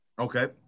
Okay